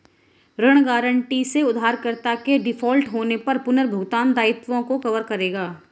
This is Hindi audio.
ऋण गारंटी से उधारकर्ता के डिफ़ॉल्ट होने पर पुनर्भुगतान दायित्वों को कवर करेगा